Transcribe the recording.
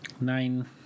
Nine